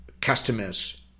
customers